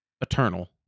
eternal